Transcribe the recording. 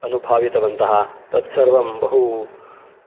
अनुभावितवन्तः तत्सर्वं बहु